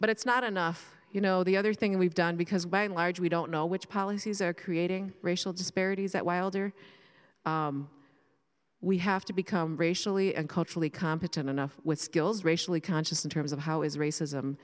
but it's not enough you know the other thing we've done because by and large we don't know which policies are creating racial disparities that wilder we have to become racially and culturally competent enough with skills racially conscious in terms of how is racism